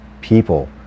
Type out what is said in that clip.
people